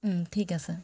ঠিক আছে